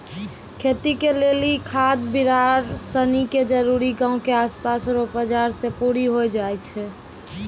खेती के लेली खाद बिड़ार सनी के जरूरी गांव के आसपास रो बाजार से पूरी होइ जाय छै